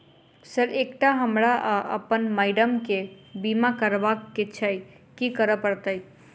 Sir एकटा हमरा आ अप्पन माइडम केँ बीमा करबाक केँ छैय की करऽ परतै?